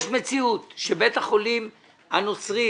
יש מציאות שבית החולים הנוצרי,